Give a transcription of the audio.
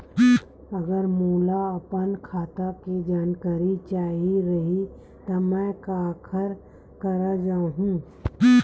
अगर मोला अपन खाता के जानकारी चाही रहि त मैं काखर करा जाहु?